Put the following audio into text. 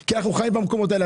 כי אנחנו חיים במקומות האלה,